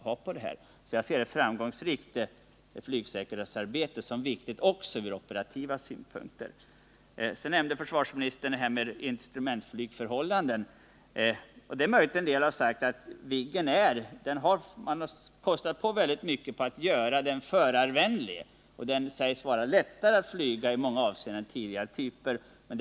Jag ser därför ett framgångsrikt flygsäkerhetsarbete som viktigt också från operativa synpunkter. Sedan nämnde försvarsministern frågan om instrumentflygningen. Man har kostat på Viggen mycket för att göra den förarvänlig. Den sägs vara lättare att flyga i många avseenden än tidigare flygplanstyper.